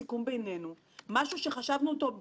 והחזירו את זה בחזרה למבנה דומה לבנק ישראל,